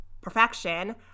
perfection